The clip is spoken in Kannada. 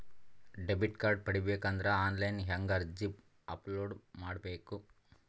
ಡೆಬಿಟ್ ಕಾರ್ಡ್ ಪಡಿಬೇಕು ಅಂದ್ರ ಆನ್ಲೈನ್ ಹೆಂಗ್ ಅರ್ಜಿ ಅಪಲೊಡ ಮಾಡಬೇಕು?